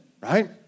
right